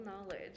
knowledge